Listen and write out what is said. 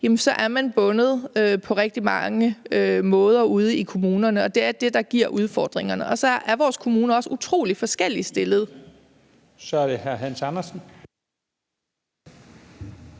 så er man bundet på rigtig mange måder ude i kommunerne, og det er det, der giver udfordringerne. Og så er vores kommuner også utrolig forskelligt stillede. Kl. 11:32 Første